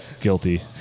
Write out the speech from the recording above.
Guilty